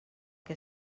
que